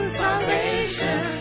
salvation